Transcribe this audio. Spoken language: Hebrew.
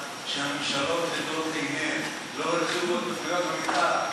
שהממשלות לדורותיהן לא הרחיבו את זכויות המתאר.